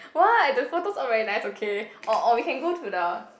what the photos all very nice okay or or we can go to the